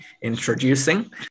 introducing